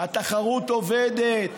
התחרות עובדת,